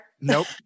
Nope